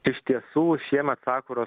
iš tiesų šiemet sakuros